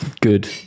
Good